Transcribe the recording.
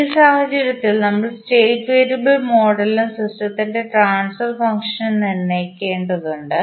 ഈ സാഹചര്യത്തിൽ നമ്മൾ സ്റ്റേറ്റ് വേരിയബിൾ മോഡലും സിസ്റ്റത്തിന്റെ ട്രാൻസ്ഫർ ഫംഗ്ഷനും നിർണ്ണയിക്കേണ്ടതുണ്ട്